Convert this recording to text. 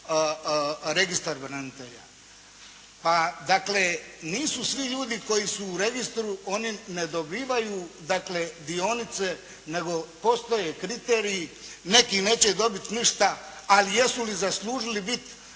registar branitelja. Pa dakle nisu svi ljudi koji su u registru oni ne dobivaju dakle dionice nego postoje kriteriji, neki neće dobiti ništa, ali jesu li zaslužili biti